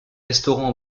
restaurants